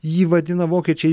jį vadina vokiečiai